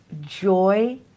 joy